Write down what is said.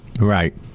Right